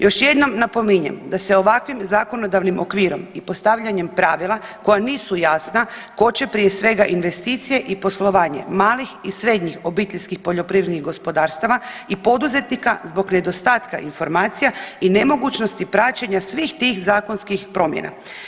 Još jednom napominjem da se ovakvim zakonodavnim okvirom i postavljanjem pravila koja nisu jasna tko će prije svega investicije i poslovanje malih i srednjih obiteljskih poljoprivrednih gospodarstava i poduzetnika zbog nedostatka informacija i nemogućnosti praćenja svih tih zakonskih promjena.